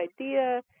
idea